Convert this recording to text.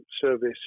service